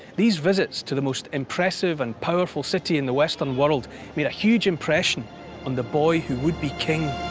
these visits to the most impressive and powerful city in the western world made a huge impression on the boy who would be king.